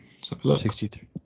63